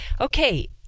Okay